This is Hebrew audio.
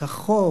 כחוק,